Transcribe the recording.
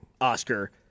Oscar